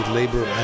labor